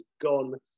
gone